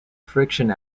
friction